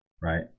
right